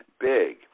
big